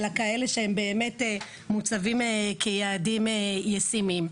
אלא כאלה שבאמת מוצבים כיעדים ישימים.